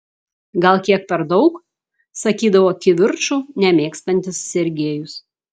gal kiek per daug sakydavo kivirčų nemėgstantis sergejus